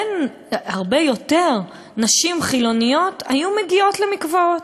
הרבה יותר נשים חילוניות היו מגיעות למקוואות.